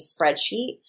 spreadsheet